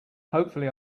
hopefully